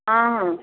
ହଁ ହଁ